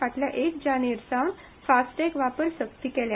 फाटल्या एक जानेवारी सावन फास्टॅग वापर सक्ती केल्या